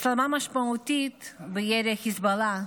הסלמה משמעותית בירי חיזבאללה,